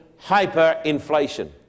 hyperinflation